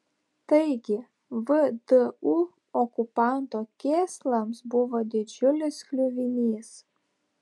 taigi vdu okupanto kėslams buvo didžiulis kliuvinys